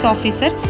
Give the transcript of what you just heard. Officer